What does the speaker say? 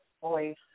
voice